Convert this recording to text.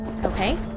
Okay